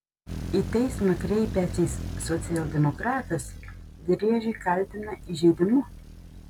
į teismą kreipęsis socialdemokratas driežį kaltina įžeidimu